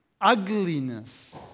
ugliness